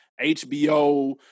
HBO